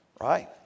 Right